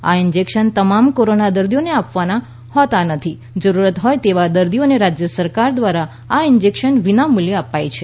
આ injection તમામ corona દર્દીઓને આપવાના હોતા નથી જરૂરિયાત હોય તેવા દર્દીઓને રાજ્ય સરકાર દ્વારા આ ઈન્જેક્શન વિના મુલ્યે અપાય છે